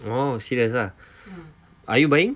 oh serious ah are you buying